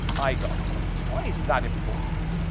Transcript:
i got your focus. why is that important?